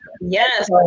Yes